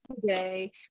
today